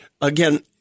again